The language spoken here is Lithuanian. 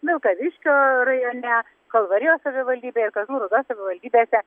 vilkaviškio rajone kalvarijos savivaldybėje kazlų rūdos savivaldybėse